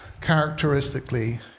characteristically